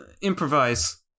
Improvise